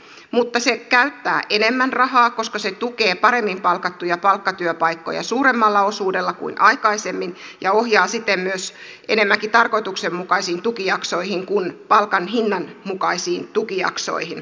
mutta se käyttää enemmän rahaa koska se tukee paremmin palkattuja palkkatyöpaikkoja suuremmalla osuudella kuin aikaisemmin ja ohjaa siten enemmänkin tarkoituksenmukaisiin tukijaksoihin kuin palkan hinnan mukaisiin tukijaksoihin